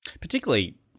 Particularly